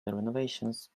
renovations